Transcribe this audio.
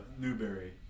Newberry